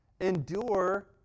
Endure